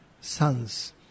sons